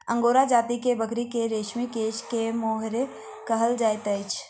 angora जाति के बकरी के रेशमी केश के मोहैर कहल जाइत अछि